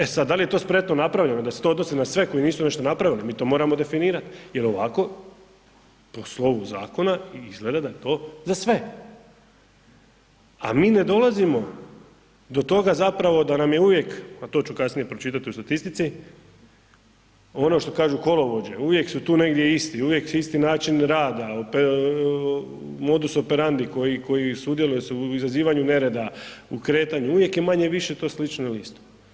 E sad, dal je to spretno napravljeno da se to odnosi na sve koji nisu nešto napravili, mi to moramo definirat jel ovako po slovu zakona izgleda da je to za sve, a mi ne dolazimo do toga zapravo da nam je uvijek, a to ću kasnije pročitat u statistici, ono što kažu kolovođe, uvijek su tu negdje isti, uvijek je isti način rada, modus operandi koji, koji sudjeluje se u izazivanju nerada, u kretanju, uvijek je više-manje to slično ili isto.